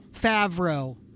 Favreau